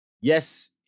Yes